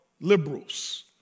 liberals